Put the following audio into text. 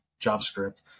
JavaScript